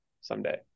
someday